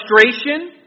frustration